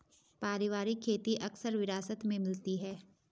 पारिवारिक खेती अक्सर विरासत में मिलती है